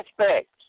aspects